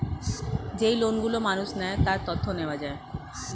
যেই লোন গুলো মানুষ নেয়, তার তথ্য নেওয়া যায়